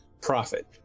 profit